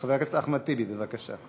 חבר הכנסת אחמד טיבי, בבקשה.